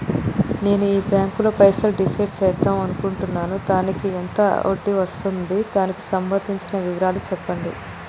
నేను ఈ బ్యాంకులో పైసలు డిసైడ్ చేద్దాం అనుకుంటున్నాను దానికి ఎంత వడ్డీ వస్తుంది దానికి సంబంధించిన వివరాలు చెప్పండి?